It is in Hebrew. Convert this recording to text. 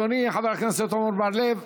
אדוני חבר הכנסת עמר בר-לב,